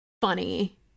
funny